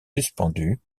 suspendues